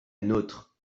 nôtre